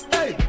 Hey